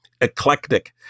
eclectic